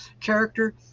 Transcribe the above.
character